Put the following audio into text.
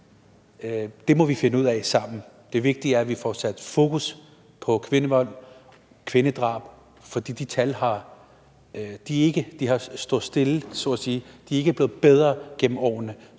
Det må vi finde ud af sammen. Det vigtige er, at vi får sat fokus på kvindevold og kvindedrab, for de tal er ikke blevet bedre gennem årene.